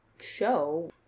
show